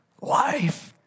life